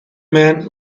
man